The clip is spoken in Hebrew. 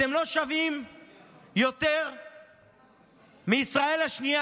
אתם לא שווים יותר מישראל השנייה,